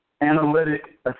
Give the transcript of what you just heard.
analytic